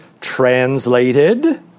translated